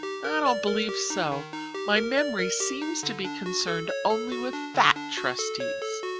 i don't believe so my memory seems to be concerned only with fat trustees.